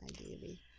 Ideally